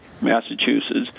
Massachusetts